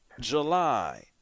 July